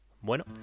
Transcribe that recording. Bueno